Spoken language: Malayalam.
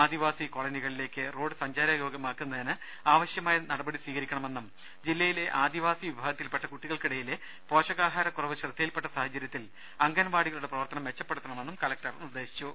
ആദിവാസി കോളനികളിലേയ്ക്ക് റോഡ് സഞ്ചാര യോഗൃമാക്കുന്നതിന് ആവശ്യമായ നടപടി സ്വീകരിക്കണമെന്നും ജില്ലയിലെ ആദിവാസി വിഭാഗത്തിൽപ്പെട്ട കുട്ടികൾക്കിടയിലെ പോഷകാഹാരക്കുറവ് ശ്രദ്ധയിൽപ്പെട്ട സാഹചര്യത്തിൽ അംഗൻവാടികളുടെ പ്രവർത്തനം മെച്ചപ്പെടുത്തണമെന്നും കലക്ടർ നിർദേശിച്ചു